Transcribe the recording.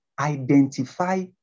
identify